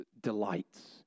delights